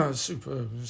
superb